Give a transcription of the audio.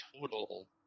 total